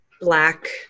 Black